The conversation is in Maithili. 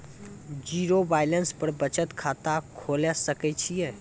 जीरो बैलेंस पर बचत खाता खोले सकय छियै?